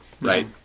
right